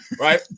right